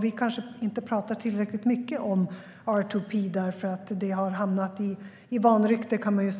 Vi kanske inte pratar tillräckligt mycket om responsibility to protect, därför att det har hamnat i vanrykte internationellt, kan man